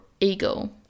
ego